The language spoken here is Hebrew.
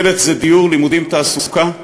דל"ת זה: דיור, לימודים, תעסוקה,